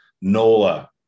Nola